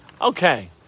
Okay